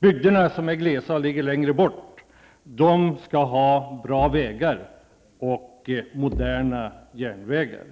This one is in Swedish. bygder som är glest bebyggda och ligger längre bort skall ha bra vägar och moderna järnvägar.